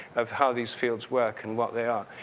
of how these fields work and what they are.